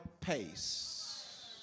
pace